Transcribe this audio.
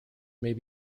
may